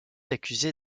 accusé